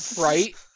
Right